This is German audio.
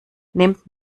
nehmt